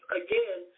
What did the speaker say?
again